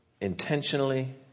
Intentionally